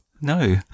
No